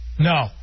No